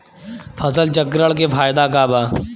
फसल चक्रण के फायदा का बा?